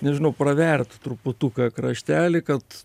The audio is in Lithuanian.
nežinau pravert truputuką kraštelį kad